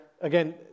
again